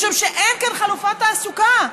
משום שאין כאן חלופות תעסוקה.